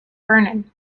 vernon